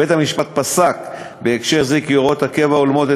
בית-המשפט פסק בהקשר זה כי הוראות הקבע הולמות את